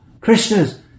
Krishna's